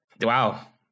Wow